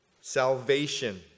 Salvation